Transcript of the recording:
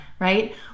right